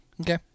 Okay